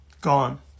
gone